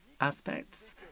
aspects